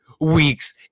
weeks